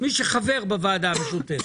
מי שחבר בוועדה המשותפת.